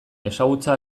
ezagutza